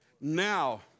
now